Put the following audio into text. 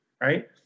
Right